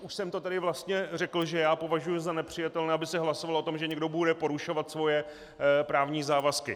Už jsem to tady vlastně řekl, že považuji za nepřijatelné, aby se hlasovalo o tom, že někdo bude porušovat svoje právní závazky.